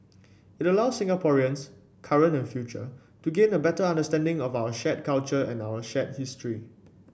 it allows Singaporeans current and future to gain a better understanding of our shared culture and our shared history